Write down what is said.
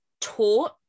taught